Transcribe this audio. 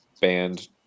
banned